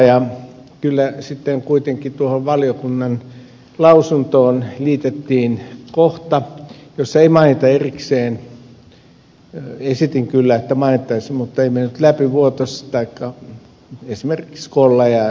kyllä sitten kuitenkin tuohon valiokunnan lausuntoon liitettiin kohta jossa ei mainita erikseen esitin kyllä että mainittaisiin mutta ei mennyt läpi vuotosta taikka esimerkiksi kollajaa ettei näitä tarkoiteta